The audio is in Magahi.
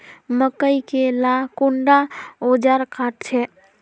मकई के ला कुंडा ओजार काट छै?